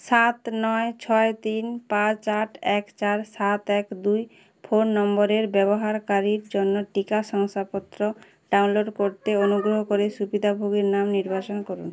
সাত নয় ছয় তিন পাঁচ আট এক চার সাত এক দুই ফোন নম্বরের ব্যবহারকারীর জন্য টিকা শংসাপত্র ডাউনলোড করতে অনুগ্রহ করে সুবিধাভোগীর নাম নির্বাচন করুন